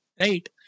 Right